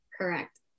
Correct